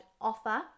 offer